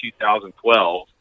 2012